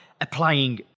applying